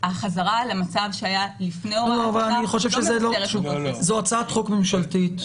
החזרה למצב שהיה לפני --- אני חושב שזה לא --- הצעת חוק ממשלתית.